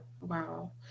wow